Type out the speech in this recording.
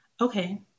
okay